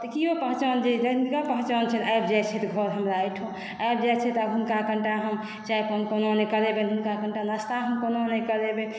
तऽ केओ पहिचान जे आबि जाइ छथि घर हमरा अइ ठाम आबि जाइ छथि आब हुनका कनिटा हम चायपान कोना नहि करेबनि हुनका कनिटा नाश्ता हम कोना नहि करेबनि